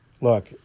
Look